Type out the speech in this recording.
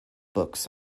books